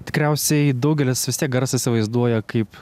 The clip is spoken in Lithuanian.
tikriausiai daugelis vis tiek garsą įsivaizduoja kaip